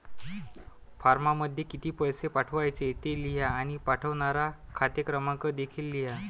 फॉर्ममध्ये किती पैसे पाठवायचे ते लिहा आणि पाठवणारा खाते क्रमांक देखील लिहा